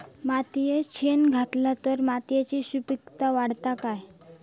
मातयेत शेण घातला तर मातयेची सुपीकता वाढते काय?